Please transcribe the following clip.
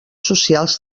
socials